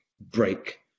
break